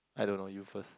I don't know you first